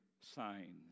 signs